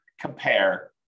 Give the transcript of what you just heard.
compare